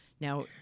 Now